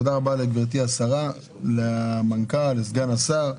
תודה רבה לגברתי השרה, למנכ"ל, לסגן השר.